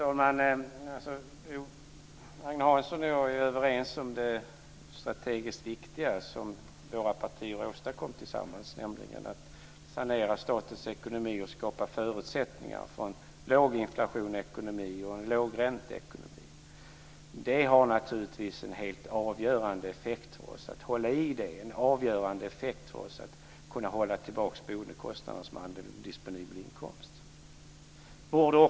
Fru talman! Agne Hansson och jag är överens om det strategiskt viktiga som våra partier åstadkom tillsammans, nämligen att sanera statens ekonomi och skapa förutsättningar för en låg inflation i ekonomin och en låg ränteekonomi. Det har naturligtvis en helt avgörande effekt för oss att hålla i det, och en avgörande effekt för oss att kunna hålla tillbaka boendekostnaden som andel av disponibel inkomst.